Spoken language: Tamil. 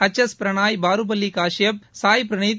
H S Prannoy Parupalli Kashyap Sai Praneeth